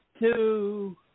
two